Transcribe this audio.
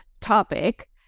topic